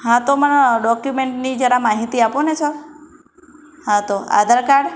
હા તો મને ડોક્યુમેન્ટની જરા માહિતી આપો ને સર હા તો આધાર કાડ